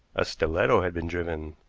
a stiletto had been driven,